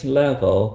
level